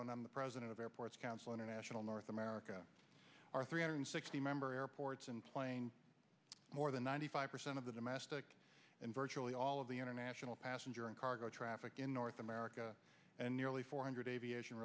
i'm the president of airports council international north america are three hundred sixty member airports and plane more than ninety five percent of the domestic and virtually all of the international passenger and cargo traffic in north america and nearly four hundred a